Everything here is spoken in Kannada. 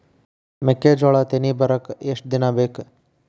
ಮೆಕ್ಕೆಜೋಳಾ ತೆನಿ ಬರಾಕ್ ಎಷ್ಟ ದಿನ ಬೇಕ್?